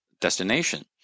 destination